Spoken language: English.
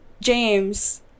James